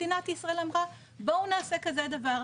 מדינת ישראל אמרה בואו נעשה כזה דבר.